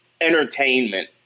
entertainment